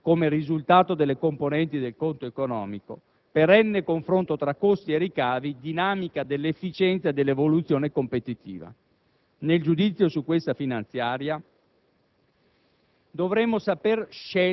e sopraffà il profìtto, come risultato delle componenti del conto economico, perenne confronto tra costi e ricavi, dinamica dell'efficienza e dell'evoluzione competitiva. Nel giudizio su questa finanziaria